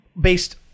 based